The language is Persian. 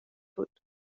بود